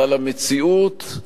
אבל המציאות,